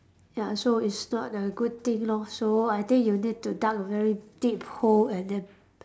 ya so it's not a good thing lor so I think you need to dug a very deep hole and then